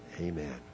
Amen